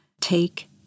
take